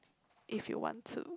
if you want to